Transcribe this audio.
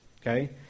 Okay